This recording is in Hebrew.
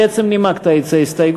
אני כבר נימקתי את ההסתייגות.